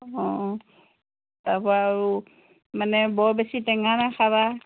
অঁ তাৰপা আৰু মানে বৰ বেছি টেঙা নাখাবা